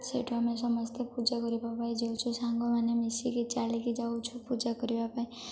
ସେଇଠୁ ଆମେ ସମସ୍ତେ ପୂଜା କରିବା ପାଇଁ ଯାଉଛୁ ସାଙ୍ଗମାନେ ମିଶିକି ଚାଲିକି ଯାଉଛୁ ପୂଜା କରିବା ପାଇଁ